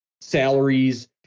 salaries